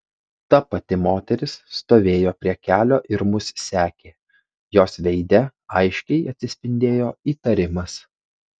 ta pati moteris stovėjo prie kelio ir mus sekė jos veide aiškiai atsispindėjo įtarimas